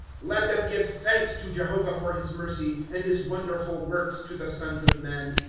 let them give thanl s to jehovah for his mercy, and his wonderful works to the sons of men.